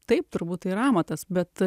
taip turbūt tai yra amatas bet